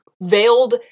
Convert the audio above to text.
veiled